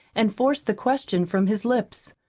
and forced the question from his lips.